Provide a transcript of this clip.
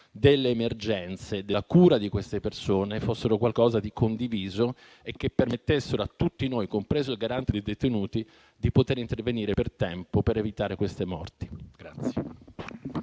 delle emergenze, della cura di dette persone fossero qualcosa di condiviso e permettessero a tutti noi, compreso il Garante dei detenuti, di intervenire per tempo per evitare le loro morti.